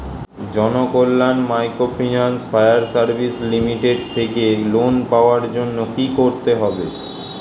Janakalyan microfinance fire service limited থেকে loan পাওয়ার জন্য কি করতে হবে?